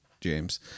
James